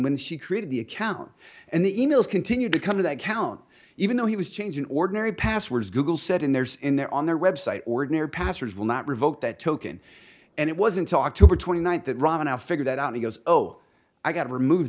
when she created the account and the emails continued to come to that count even though he was changing ordinary passwords google said in theirs in their on their website ordinary passwords will not revoke that token and it wasn't oct twenty ninth that ron and i figure that out he goes oh i got to remove